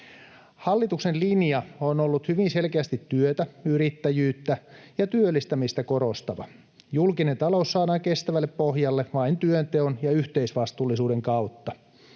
Hallituksen linja on ollut hyvin selkeästi työtä, yrittäjyyttä ja työllistämistä korostava. Julkinen talous saadaan kestävälle pohjalle vain työnteon ja yhteisvastuullisuuden kautta.